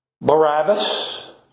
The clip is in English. Barabbas